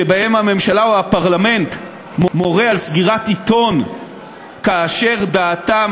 שבהם הממשלה או הפרלמנט מורים על סגירת עיתון כאשר דעתם